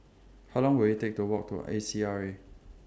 How Long Will IT Take to Walk to A C R A